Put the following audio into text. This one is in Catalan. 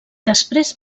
després